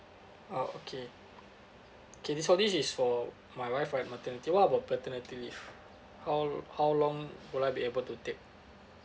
oh okay K this so this is for my wife right maternity what about paternity leave how how long would I be able to take